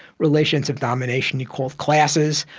relations of domination he called classes,